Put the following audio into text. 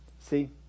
See